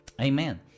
Amen